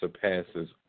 surpasses